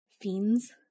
Fiends